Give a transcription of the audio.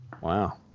wow